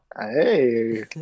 Hey